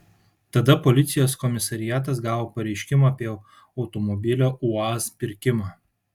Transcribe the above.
tada policijos komisariatas gavo pareiškimą apie automobilio uaz pirkimą